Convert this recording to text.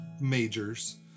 majors